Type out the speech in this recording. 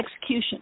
execution